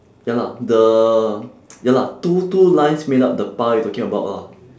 ya lah the ya lah two two lines made up the 八 you're talking about lah